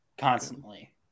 Constantly